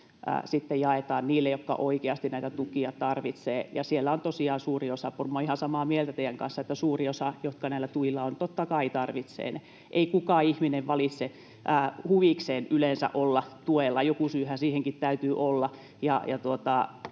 jaetaan niille, jotka oikeasti näitä tukia tarvitsevat. Ja tosiaan suuri osa — olen ihan samaa mieltä teidän kanssanne — niistä, jotka näillä tuilla ovat, totta kai tarvitsevat ne. Ei kukaan ihminen yleensä valitse huvikseen olla tuella, joku syyhän siihenkin täytyy olla.